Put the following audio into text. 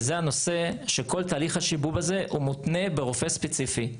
וזה הנושא שכל תהליך השיבוב הזה הוא מותנה ברופא ספציפי.